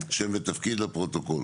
שם ותפקיד, לפרוטוקול.